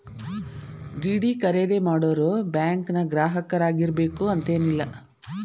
DD ಖರೇದಿ ಮಾಡೋರು ಬ್ಯಾಂಕಿನ್ ಗ್ರಾಹಕರಾಗಿರ್ಬೇಕು ಅಂತೇನಿಲ್ಲ